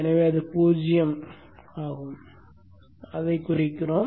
எனவே அது 0 ஆக இருக்கும் அதைக் குறிப்போம்